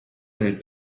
nel